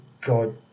god